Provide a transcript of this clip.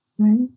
Right